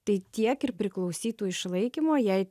tai tiek ir priklausytų išlaikymo jei